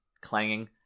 clanging